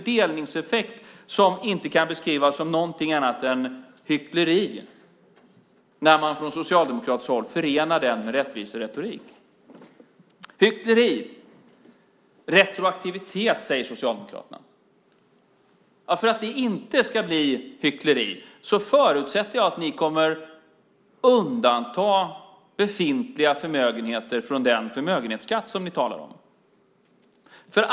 Det kan inte beskrivas som något annat än hyckleri när man från socialdemokratiskt håll förenar denna fördelningseffekt med rättviseretorik. Socialdemokraterna talar om retroaktivitet. För att det inte ska bli hyckleri förutsätter jag att ni kommer att undanta befintliga förmögenheter från den förmögenhetsskatt som ni talar om.